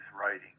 writing